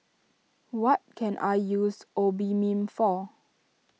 what can I use Obimin for